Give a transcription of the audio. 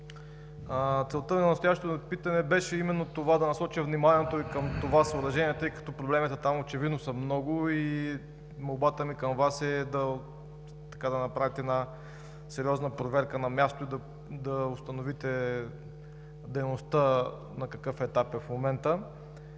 Целта на настоящото ми питане беше да насоча вниманието Ви към това съоръжение, тъй като проблемите там очевидно са много и молбата ми към Вас е да направите една сериозна проверка на място и да установите дейността на какъв етап е в момента.